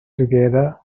together